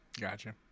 Gotcha